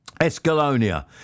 Escalonia